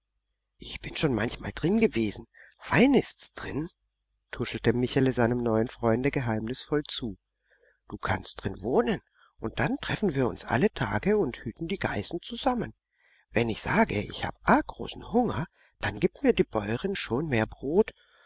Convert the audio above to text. ich bin schon manchmal drin gewesen fein ist's drin tuschelte michele seinem neuen freunde geheimnisvoll zu du kannst drin wohnen und dann treffen wir uns alle tage und hüten die geißen zusammen wenn ich sage ich hab arg großen hunger dann gibt mir die bäuerin schon mehr brot